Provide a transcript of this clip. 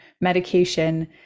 medication